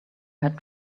had